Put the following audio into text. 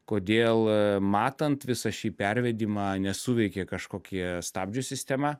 kodėl matant visą šį pervedimą nesuveikė kažkokie stabdžių sistema